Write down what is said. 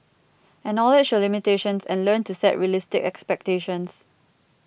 acknowledge your limitations and learn to set realistic expectations